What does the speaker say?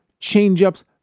changeups